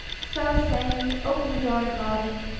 so saying, he opened the door and got in,